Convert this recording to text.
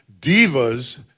Divas